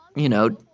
you know,